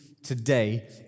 Today